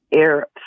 Air